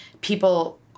People